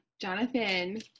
Jonathan